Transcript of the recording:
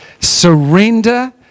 Surrender